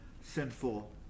sinful